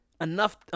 enough